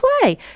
play